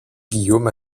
guillaume